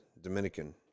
Dominican